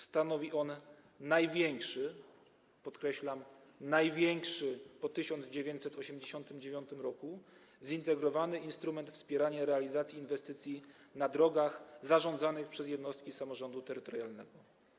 Stanowi on największy - podkreślam: największy - po 1989 r. zintegrowany instrument wspierania realizacji inwestycji dotyczących dróg zarządzanych przez jednostki samorządu terytorialnego.